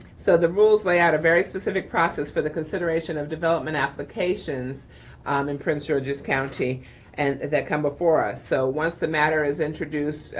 so the rules lay out a very specific process for the consideration of development applications um in prince george's county and that come before us. so once the matter is introduced,